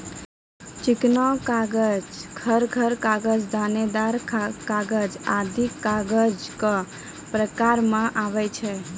चिकना कागज, खर खर कागज, दानेदार कागज आदि कागजो क प्रकार म आवै छै